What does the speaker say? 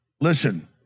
listen